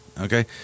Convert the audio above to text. Okay